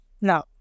no